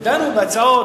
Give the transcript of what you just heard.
ודנו בהצעות,